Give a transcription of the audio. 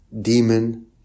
demon